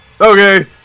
Okay